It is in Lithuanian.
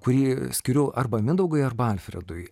kurį skiriu arba mindaugui arba alfredui